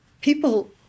people